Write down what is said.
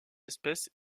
espèce